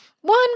one